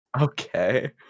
Okay